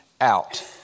out